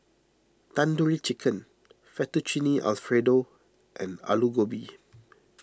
Tandoori Chicken Fettuccine Alfredo and Alu Gobi